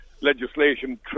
legislation